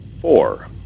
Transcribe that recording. Four